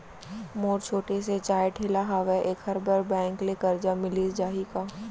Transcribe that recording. मोर छोटे से चाय ठेला हावे एखर बर बैंक ले करजा मिलिस जाही का?